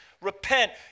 Repent